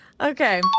Okay